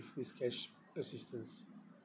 this cash assistance